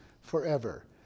forever